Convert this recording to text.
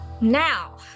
Now